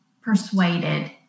persuaded